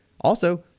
also-